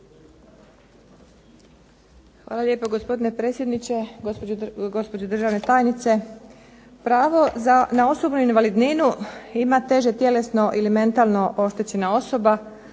Hvala lijepo gospodine predsjedniče, gospođo državna tajnice. Pravo na osobnu invalidninu ima teže tjelesno ili mentalno oštećena osoba